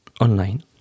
online